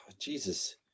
Jesus